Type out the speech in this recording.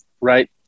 right